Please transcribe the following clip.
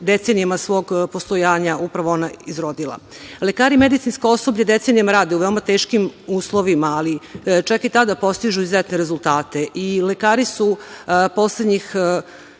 decenijama svog postojanja upravo ona izrodila. Lekari i medicinsko osoblje decenijama rade u veoma teškim uslovima, ali čak i tada postižu izuzetne rezultate i lekari su poslednjih,